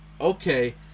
okay